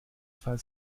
fall